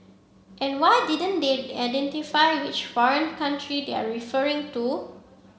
and why didn't they identify which foreign country they're referring to